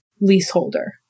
leaseholder